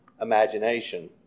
imagination